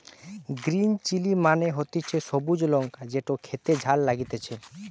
green chilli মানে হতিছে সবুজ লঙ্কা যেটো খেতে ঝাল লাগতিছে